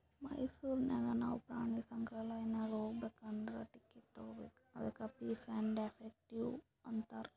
ಮೈಸೂರ್ ನಾಗ್ ನಾವು ಪ್ರಾಣಿ ಸಂಗ್ರಾಲಯ್ ನಾಗ್ ಹೋಗ್ಬೇಕ್ ಅಂದುರ್ ಟಿಕೆಟ್ ತಗೋಬೇಕ್ ಅದ್ದುಕ ಫೀಸ್ ಆ್ಯಂಡ್ ಎಫೆಕ್ಟಿವ್ ಅಂತಾರ್